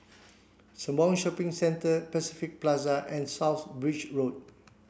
Sembawang Shopping Centre Pacific Plaza and South Bridge Road